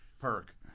perk